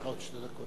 יש לך עוד שתי דקות.